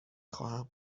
خواهم